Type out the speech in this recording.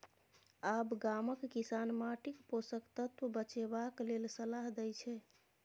आब गामक किसान माटिक पोषक तत्व बचेबाक लेल सलाह दै छै